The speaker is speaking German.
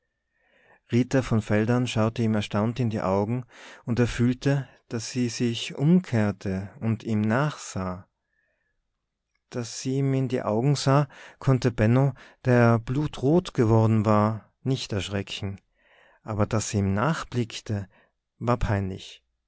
von veldern schaute ihm erstaunt in die augen und er fühlte daß sie sich umkehrte und ihm nachsah daß sie ihm in die augen sah konnte benno der blutrot geworden war nicht erschrecken aber daß sie ihm nachblickte war peinlich